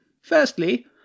Firstly